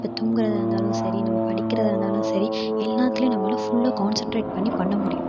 இப்போ தூங்கிறதாருந்தாலும் சரி நம்ம படிக்கிறதா இருந்தாலும் சரி எல்லாத்துலேயும் நம்மளும் ஃபுல்லாக கான்சண்ட்ரேட் பண்ணி பண்ண முடியும்